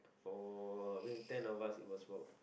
for I think ten of us it was about